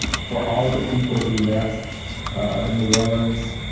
for all the people who left new orleans,